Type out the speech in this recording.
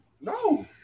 No